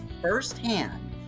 firsthand